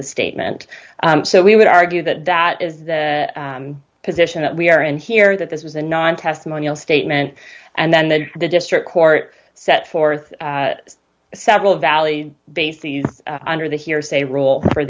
the statement so we would argue that that is the position that we are in here that this was a non testimonial statement and then then the district court set forth several valley bases under the hearsay rule for